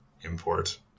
import